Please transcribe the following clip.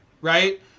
right